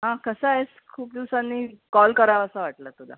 हां कसा आहेस खूप दिवसांनी कॉल करावासा वाटला तुला